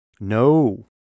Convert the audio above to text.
No